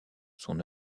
son